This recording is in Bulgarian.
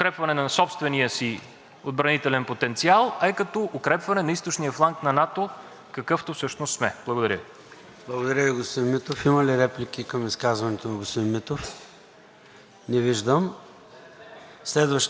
Благодаря Ви, господин Митов. Има ли реплики към изказването на господин Митов? Не виждам. Следващото изказване.